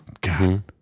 God